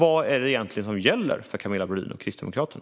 Vad är det egentligen som gäller för Camilla Brodin och Kristdemokraterna?